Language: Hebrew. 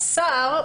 מהשר,